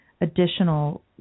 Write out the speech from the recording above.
additional